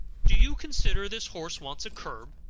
do you consider this horse wants a curb?